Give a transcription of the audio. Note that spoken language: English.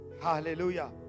hallelujah